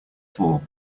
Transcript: fall